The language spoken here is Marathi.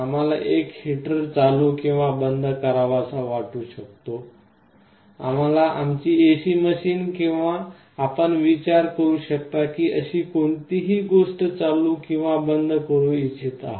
आम्हाला एक हीटर चालू किंवा बंद करावासा वाटू शकतो आम्हाला आमची एसी मशीन किंवा आपण विचार करू शकता अशी कोणतीही गोष्ट चालू किंवा बंद करू इच्छित आहे